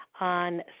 on